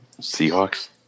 Seahawks